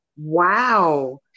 Wow